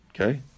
okay